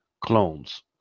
clones